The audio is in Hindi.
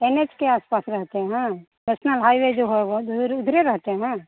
कैनेज के आस पास रहते हैं नेशनल हाइवे जो उधरे रहते हैं